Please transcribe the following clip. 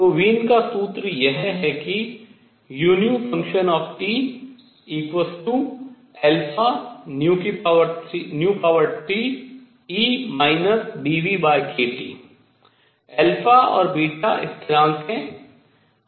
तो वीन का सूत्र यह है कि u 3e βνkT α और β स्थिरांक हैं